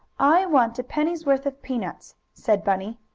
i want a penny's worth of peanuts, said bunny.